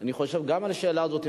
אני חושב שגם על השאלה הזאת,